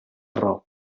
raó